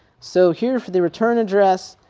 so here for the return address,